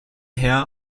her